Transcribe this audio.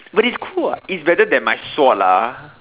but it's cool [what] it's better than my sword lah